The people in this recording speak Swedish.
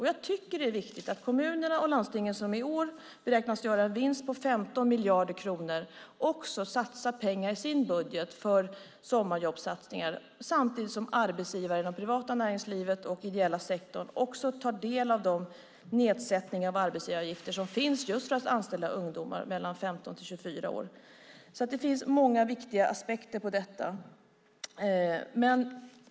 Jag tycker att det är viktigt att kommunerna och landstingen, som i år beräknas göra en vinst på 15 miljarder kronor, också i sina budgetar avsätter pengar till sommarjobbssatsningar - detta samtidigt som arbetsgivare inom det privata näringslivet och den ideella sektorn tar del av den möjlighet till nedsättning av arbetsgivaravgiften som finns just för att anställa ungdomar i åldern 15-24 år. Det finns alltså många viktiga aspekter på detta.